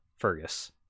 fergus